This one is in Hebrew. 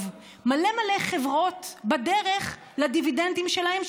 מלא מלא חברות בדרך לדיבידנדים שלהם,